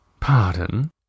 Pardon